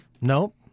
Nope